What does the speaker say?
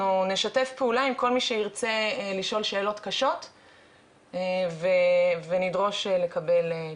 אנחנו נשתף פעולה עם כל מי שירצה לשאול שאלות קשות ונדרוש לקבל תשובות.